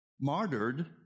martyred